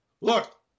look